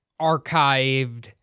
archived